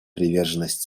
приверженность